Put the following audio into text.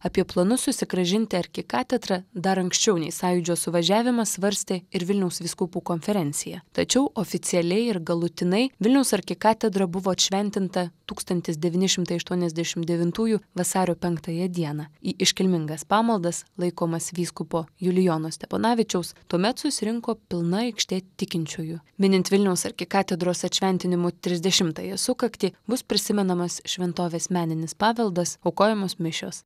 apie planus susigrąžinti arkikatedrą dar anksčiau nei sąjūdžio suvažiavime svarstė ir vilniaus vyskupų konferencija tačiau oficialiai ir galutinai vilniaus arkikatedra buvo atšventinta tūkstantis devyni šimtai aštuoniasdešimt devintųjų vasario penktąją dieną į iškilmingas pamaldas laikomas vyskupo julijono steponavičiaus tuomet susirinko pilna aikštė tikinčiųjų minint vilniaus arkikatedros atšventinimo trisdešimtąją sukaktį bus prisimenamas šventovės meninis paveldas aukojamos mišios